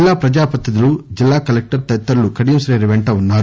జిల్లా పజాపతినిధులు జిల్లా కల్లెక్టర్ తదితరులు కడియం శ్రీహరి వెంట ఉన్నారు